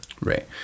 Right